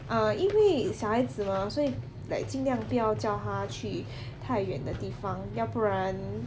ah 因为小孩子 mah 所以 like 尽量不要叫他去太远的地方要不然